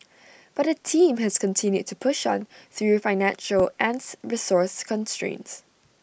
but the team has continued to push on through financial and resource constraints